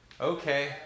Okay